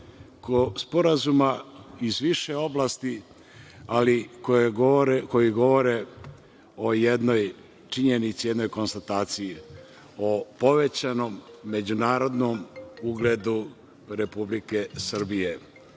sporazuma iz više oblasti, ali koji govore o jednoj činjenici, o jednoj konstataciji. O povećanom međunarodnom ugledu Republike Srbije